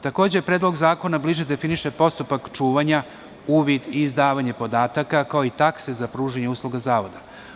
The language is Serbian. Takođe, Predlog zakona bliže definiše postupak čuvanja, uvid i izdavanje podataka, kao i takse za pružanje usluga zavoda.